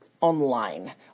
online